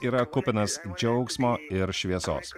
yra kupinas džiaugsmo ir šviesos